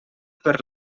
per